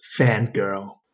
fangirl